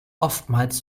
oftmals